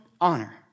honor